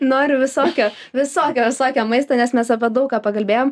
noriu visokio visokio visokio maisto nes mes apie daug ką pakalbėjom